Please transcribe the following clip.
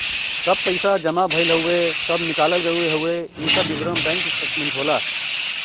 कब पैसा जमा भयल हउवे कब निकाल गयल हउवे इ सब विवरण बैंक स्टेटमेंट होला